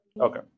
Okay